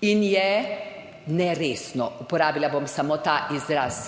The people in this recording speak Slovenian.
in je neresno, uporabila bom samo ta izraz,